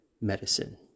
medicine